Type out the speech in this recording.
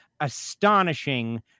astonishing